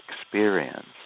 experience